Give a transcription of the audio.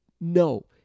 no